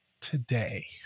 today